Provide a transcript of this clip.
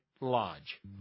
Lodge